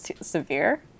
severe